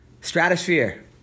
Stratosphere